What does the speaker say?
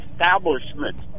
establishment